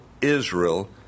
Israel